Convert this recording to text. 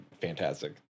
fantastic